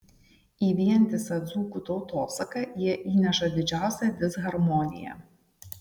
į vientisą dzūkų tautosaką jie įneša didžiausią disharmoniją